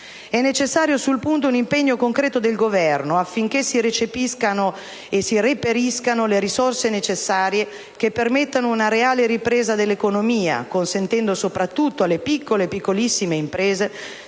È necessario sul punto un impegno concreto del Governo affinché si reperiscano le risorse necessarie ad una reale ripresa dell'economia, consentendo soprattutto alle piccole e piccolissime imprese